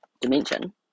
dimension